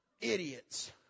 Idiots